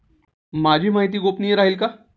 माझी माहिती गोपनीय राहील का?